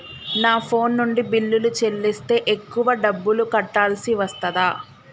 నా ఫోన్ నుండి బిల్లులు చెల్లిస్తే ఎక్కువ డబ్బులు కట్టాల్సి వస్తదా?